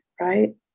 Right